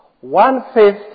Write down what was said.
One-fifth